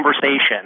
conversation